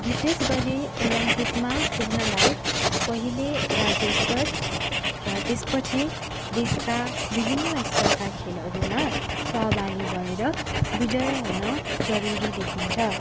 विशेष गरी ओलम्पिकमा पुग्नलाई पहिले राज्य स्तर र त्यस पछि देशका विभिन्न स्तरका खेलहरूमा सहभागी भएर विजयी हुन जरुरी देखिन्छ